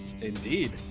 Indeed